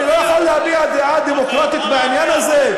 אני לא יכול להביע דעה דמוקרטית בעניין הזה?